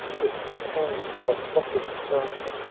with a kind of mocking laughter,